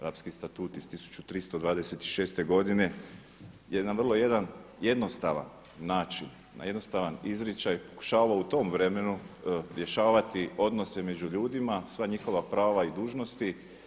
Rapski statut iz 1326 godine je na jedan vrlo jednostavan način, na jednostavan izričaj pokušava u tom vremenu rješavati odnose među ljudima, sva njihova prava i dužnosti.